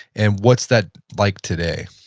and what's that like today?